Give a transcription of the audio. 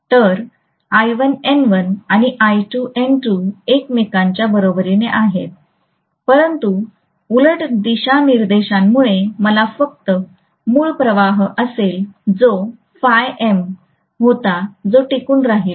तर I1 N1 आणि I2N2 एकमेकांच्या बरोबरीने आहेत परंतु उलट दिशानिर्देशांमुळे मला फक्त मूळ प्रवाह असेल जो phi m होता जो टिकुन राहिल